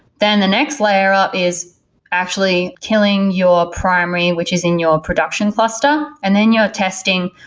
then the next layer up is actually killing your primary, which is in your production cluster, and then you're testing,